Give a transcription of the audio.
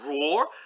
roar